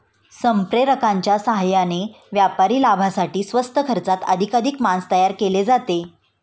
संप्रेरकांच्या साहाय्याने व्यापारी लाभासाठी स्वस्त खर्चात अधिकाधिक मांस तयार केले जाते